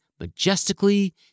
majestically